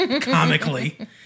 comically